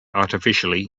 artificially